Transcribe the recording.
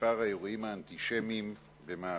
במספר האירועים האנטישמיים במערב-אירופה.